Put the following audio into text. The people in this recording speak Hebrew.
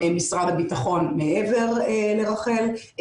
משרד הביטחון מעבר לרח"ל,